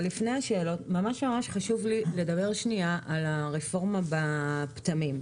לפני השאלות, אני רוצה לדבר על הרפורמה בשוק הפטם.